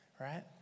right